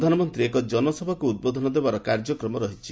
ପ୍ରଧାନମନ୍ତ୍ରୀ ଏକ ଜନସଭାକୁ ଉଦ୍ବୋଧନ ଦେବାର କାର୍ଯ୍ୟକ୍ରମ ରହିଛି